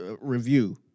review